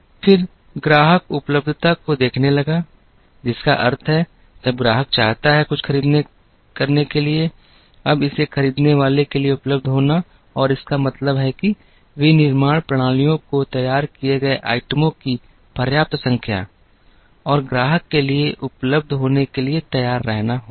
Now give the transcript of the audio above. फिर ग्राहक उपलब्धता को देखने लगा जिसका अर्थ है जब ग्राहक चाहता है कुछ खरीदने के लिए अब इसे खरीदने वाले के लिए उपलब्ध होना है और इसका मतलब है कि विनिर्माण प्रणालियों को तैयार किए गए आइटमों की पर्याप्त संख्या और ग्राहक के लिए उपलब्ध होने के लिए तैयार रहना होगा